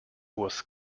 was